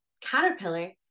caterpillar